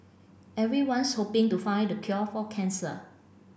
everyone's hoping to find the cure for cancer